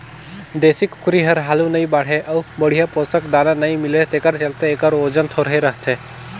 देसी कुकरी हर हालु नइ बाढ़े अउ बड़िहा पोसक दाना नइ मिले तेखर चलते एखर ओजन थोरहें रहथे